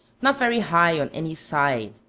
not very high on any side.